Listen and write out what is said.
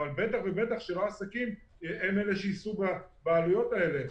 אבל בטח ובטח שלא העסקים הם אלה שיישאו בעלויות האלה.